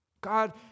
God